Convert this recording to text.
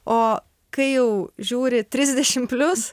o kai jau žiūri trisdešim plius